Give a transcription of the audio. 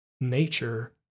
nature